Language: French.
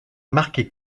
marqué